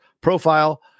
profile